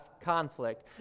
conflict